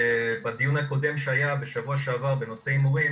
בדיון הקודם שהיה בשבוע שעבר בנושא הימורים